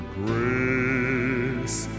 grace